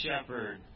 shepherd